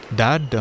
dad